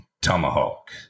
Tomahawk